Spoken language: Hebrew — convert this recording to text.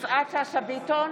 יפעת שאשא ביטון,